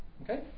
Okay